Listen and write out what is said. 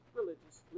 religious